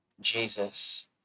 Jesus